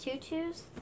tutus